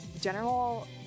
general